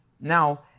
now